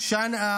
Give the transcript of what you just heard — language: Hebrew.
שגם